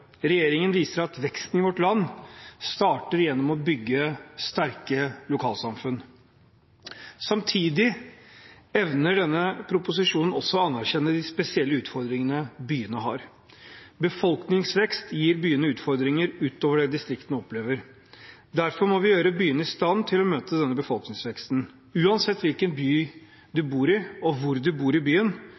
Regjeringen viser at veksten i vårt land starter gjennom å bygge sterke lokalsamfunn. Samtidig evner denne proposisjonen også å anerkjenne de spesielle utfordringene byene har. Befolkningsvekst gir byene utfordringer utover det distriktene opplever. Derfor må vi gjøre byene i stand til å møte denne befolkningsveksten. Uansett hvilken by man bor i, og hvor man bor i byen,